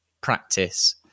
practice